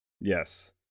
Yes